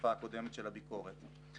התקופה הקודמת של הביקורת.